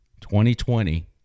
2020